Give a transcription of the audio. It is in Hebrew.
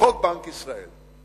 את חוק בנק ישראל.